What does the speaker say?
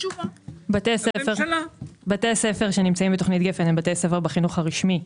בתי ספר שנמצאים בתוכנית גפן הם בתי ספר בחינוך הרשמי,